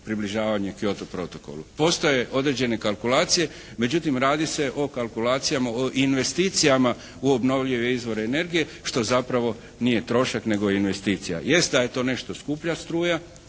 približavanje Kyoto protokolu. Postoje određene kalkulacije. Međutim, radi se o kalkulacijama o investicijama u obnovljive izvore energije što zapravo nije trošak nego je investicija. Jest da je to nešto skuplja struja.